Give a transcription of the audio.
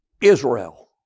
Israel